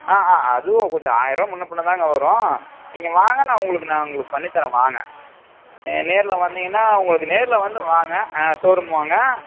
ஆ ஆ அதுவும் கொஞ்சம் ஆயர்ரூபா முன்னே பின்னே தாங்க வரும் நீங்கள் வாங்க நான் உங்களுக்கு நான் உங்களுக்கு பண்ணித்தரேன் வாங்க ஆ நேர்ல வந்திங்கன்னால் உங்களுக்கு நேர்ல வந்து வாங்க ஸோரூம் வாங்க